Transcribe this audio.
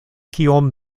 kiom